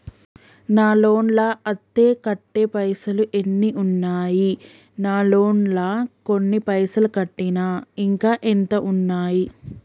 నా లోన్ లా అత్తే కట్టే పైసల్ ఎన్ని ఉన్నాయి నా లోన్ లా కొన్ని పైసల్ కట్టిన ఇంకా ఎంత ఉన్నాయి?